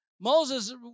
Moses